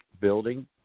building